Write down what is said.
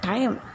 Time